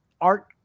art